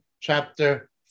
chapter